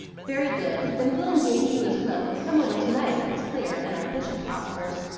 very good then we'll engage you as cook, and come over to-night if it's clear and our fishing prospers.